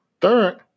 Third